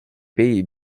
pays